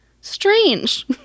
Strange